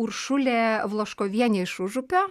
uršulė vlaškovienė iš užupio